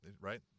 right